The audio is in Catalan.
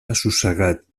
assossegat